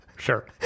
Sure